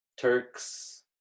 Turks